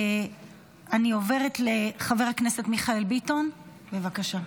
אני עוברת לחבר הכנסת מיכאל ביטון, בבקשה.